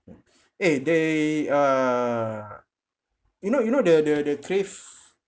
eh they uh you know you know the the the crave